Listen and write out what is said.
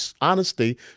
honesty